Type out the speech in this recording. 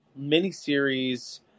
miniseries